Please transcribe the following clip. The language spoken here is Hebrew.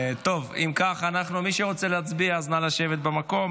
אם כך, מי שרוצה להצביע, נא לשבת במקום.